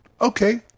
okay